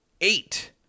eight